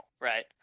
right